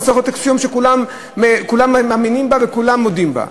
זו צריכה להיות אקסיומה שכולם מאמינים בה וכולם מודים בה.